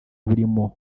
burimo